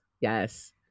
Yes